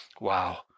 Wow